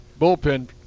bullpen